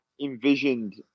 envisioned